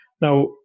Now